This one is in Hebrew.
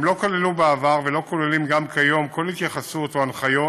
הם לא כללו בעבר ולא כוללים גם כיום כל התייחסות או הנחיות